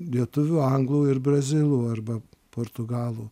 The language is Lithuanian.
lietuvių anglų ir brazilų arba portugalų